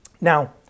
Now